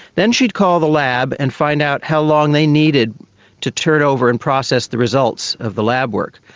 then she'd call the lab and find out how long they needed to turn-over and process the results of the lab work.